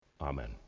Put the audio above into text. Amen